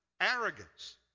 arrogance